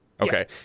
Okay